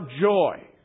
joy